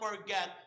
forget